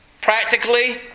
Practically